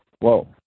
Whoa